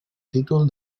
títol